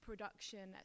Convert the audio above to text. production